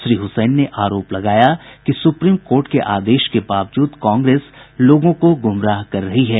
श्री हुसैन ने आरोप लगाया कि सुप्रीम कोर्ट के आदेश के बावजूद कांग्रेस लोगों को गुमराह कर रही है